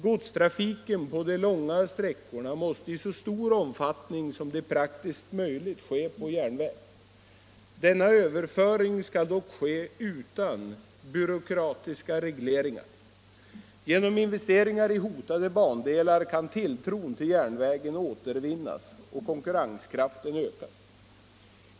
Godstrafiken på de långa sträckorna måste i så stor omfattning som det är praktiskt möjligt ske på järnväg. Denna överföring skall dock ske utan byråkratiska regleringar. Genom investeringar i hotade bandelar kan tilltron till järnvägen återvinnas och konkurrenskraften ökas.